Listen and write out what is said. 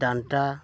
ᱰᱟᱱᱴᱟ